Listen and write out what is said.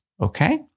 Okay